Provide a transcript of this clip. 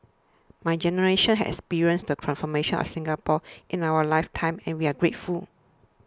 my generation has experienced the transformation of Singapore in our life time and we are grateful